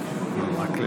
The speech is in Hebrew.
להודיעכם,